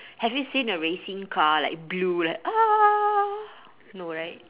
have you seen a racing car like blue like no right